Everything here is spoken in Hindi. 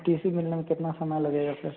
टी सी मिलने में कितना समय लगेगा सर